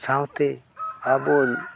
ᱥᱟᱶᱛᱮ ᱟᱵᱚ